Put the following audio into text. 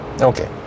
Okay